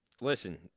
Listen